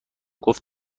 گفت